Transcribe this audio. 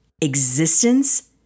existence